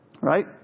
Right